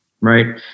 right